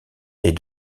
est